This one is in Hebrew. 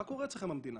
שנמצא פה לידי,